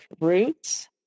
roots